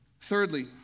Thirdly